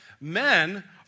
Men